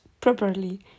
properly